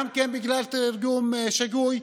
גם בגלל תרגום שגוי.